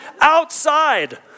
outside